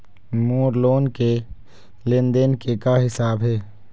मोर loan के लेन देन के का हिसाब हे?